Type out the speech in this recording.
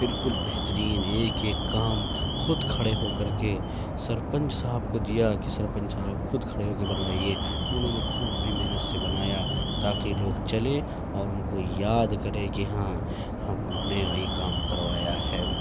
بالکل بہترین ایک ایک کام خود کھڑے ہو کر کے سرپنچ صاحب کو دیا کہ سرپنچ صاحب خود کھڑے ہو کے بنوائیے انہوں نے کھوب اپنی محنت سے بنایا تاکہ لوگ چلیں اور ان کو یاد کریں کہ ہاں ہم نے یہ کام کروایا ہے